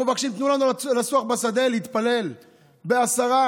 אנחנו מבקשים: תנו לנו לשוח בשדה, להתפלל בעשרה.